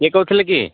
କିଏ କହୁଥିଲେ କି